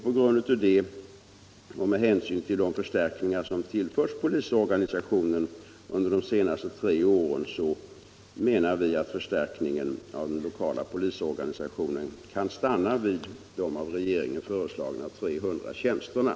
På grund härav och med hänsyn till de förstärkningar som har tillförts polisorganisationen under de senaste tre åren menar vi att förstärkningen av den lokala polisorganisationen kan stanna vid de av regeringen föreslagna 300 tjänsterna.